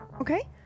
Okay